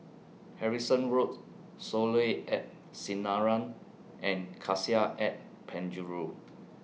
Harrison Road Soleil At Sinaran and Cassia At Penjuru